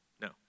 No